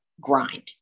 grind